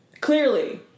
clearly